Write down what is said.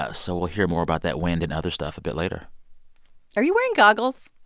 ah so we'll hear more about that wind and other stuff a bit later are you wearing goggles,